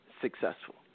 successful